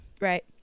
Right